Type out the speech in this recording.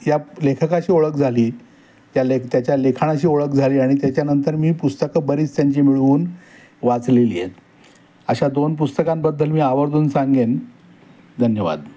या लेखकाशी ओळख झाली त्या लेख त्याच्या लिखाणाशी ओळख झाली आणि त्याच्यानंतर मी पुस्तकं बरीच त्यांची मिळवून वाचलेली आहेत अशा दोन पुस्तकांबद्दल मी आवर्जून सांगेन धन्यवाद